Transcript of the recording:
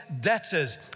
debtors